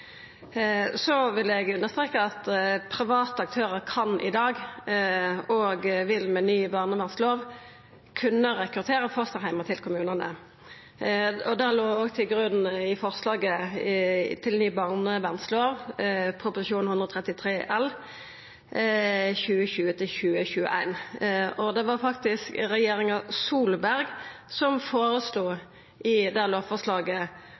Så vil eg understreka at private aktørar i dag – og med ny barnevernslov – vil kunna rekruttera fosterheimar til kommunane. Det låg òg til grunn i forslaget til ny barnevernslov, Prop. 133 L for 2020–2021, og det var faktisk regjeringa Solberg som i det lovforslaget